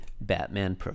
Batman